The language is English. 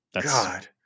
God